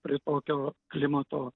prie tokio klimato